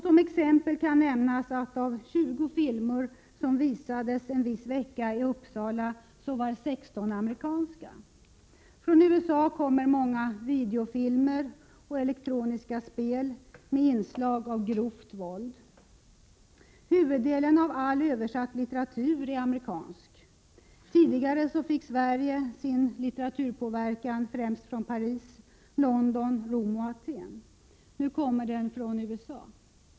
Som exempel kan nämnas att av 20 filmer som visades en viss vecka i Uppsala var 16 amerikanska. Från USA kommer många videofilmer och elektroniska spel med inslag av grovt våld. Huvuddelen av all översatt litteratur är amerikansk. Tidigare fick Sverige sin litteraturpåverkan främst från Paris, London, Rom och Aten. Nu kommer den från USA.